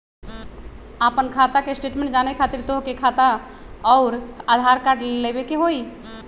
आपन खाता के स्टेटमेंट जाने खातिर तोहके खाता अऊर आधार कार्ड लबे के होइ?